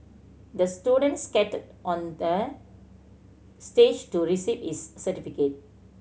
the student skated on the stage to receive his certificate